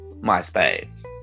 MySpace